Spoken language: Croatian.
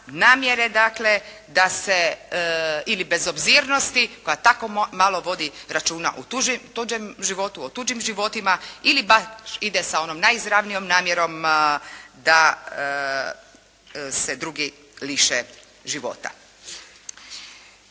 namjere dakle da se ili bezobzirnosti koja tako malo vodi računa o tuđem životu, o tuđim životima ili baš ide sa onom najizravnijom namjerom da se drugi liše života.